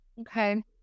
Okay